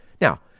Now